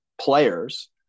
players